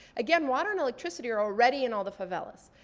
again, water and electricity are already in all the favelas.